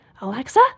alexa